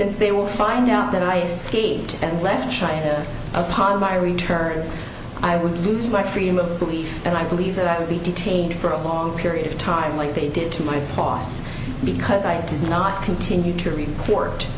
since they will find out that i escaped and left him upon my return i would lose my freedom of belief and i believe that i would be detained for a long period of time like they did to my boss because i did not continue to report